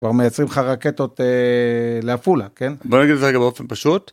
כבר מייצרים לך רקטות לעפולה, כן? בוא נגיד את זה רגע באופן פשוט.